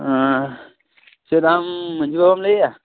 ᱪᱮᱫ ᱟᱢ ᱢᱟᱹᱡᱷᱤ ᱵᱟᱵᱟᱢ ᱞᱟ ᱭᱮᱜᱼᱟ